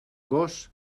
gos